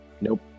nope